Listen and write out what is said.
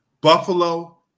Buffalo